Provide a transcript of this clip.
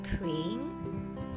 praying